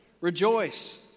Rejoice